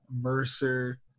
Mercer